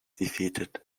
defeated